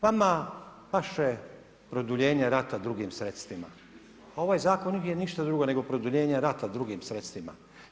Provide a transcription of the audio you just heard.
Vama paše produljenje rata drugim sredstvima, a ovaj zakon nije ništa drugo nego produljenje rata drugim sredstvima.